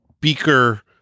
Beaker